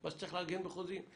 אפשר לארגן את זה בחוזים,